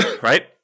right